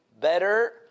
better